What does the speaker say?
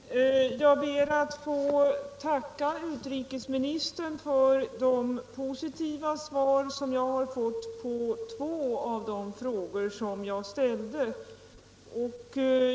Herr talman! Jag ber att få tacka utrikesministern för det positiva svar jag har fått på två av de frågor som jag ställde.